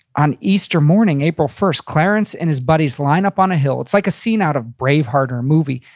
on easter morning, april first, clarence and his buddies line up on a hill, it's like a scene out of braveheart or a movie.